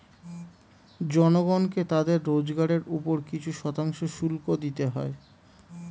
জনগণকে তাদের রোজগারের উপর কিছু শতাংশ শুল্ক দিতে হয়